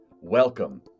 Welcome